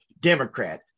Democrat